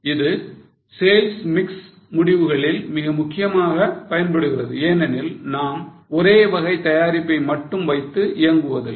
இது sales mix முடிவுகளில் மிக முக்கியமான பயன்படுகிறது ஏனெனில் நாம் ஒரே வகை தயாரிப்பை மட்டும் வைத்து இயங்குவதில்லை